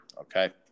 Okay